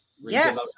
Yes